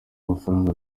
amafaranga